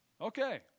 Okay